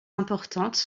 importantes